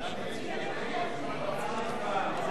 הצעת חוק הכנסת (תיקון,